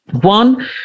one